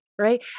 Right